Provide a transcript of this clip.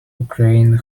ukraine